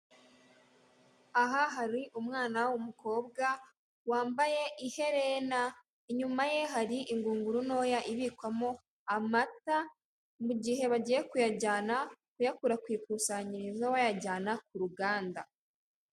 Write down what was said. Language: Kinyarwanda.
Aha hari umwana w'umukobwa wambaye iherena, inyuma ye hari ingunguru ntoya ibikwamo amata, mu gihe bagiye kuyakura ku ikusanyirizo bayajyana ku ruganda.